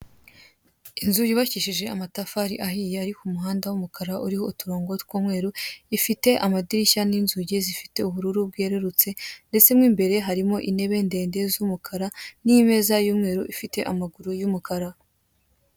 Inzu yubakishije amatafari ahiye ari ku muhanda w'umukara uriho uturongo tw'umweru ifite amadirishya n'inzugi zifite ubururu bwerurutse, ndetse mo imbere harimo intebe ndende z'umukara, n'imeza y'umweru ifite amaguru y'umukara.